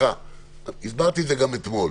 הסברתי גם אתמול,